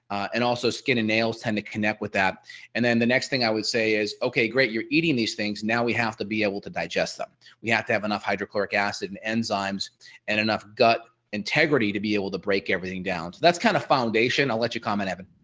and also skin and nails tend to connect with that and then the next thing i would say is ok great you're eating these things now we have to be able to digest them we have to have enough hydrochloric acid and enzymes and enough gut integrity to be able to break everything down so that's kind of foundation. i'll let you comment. evan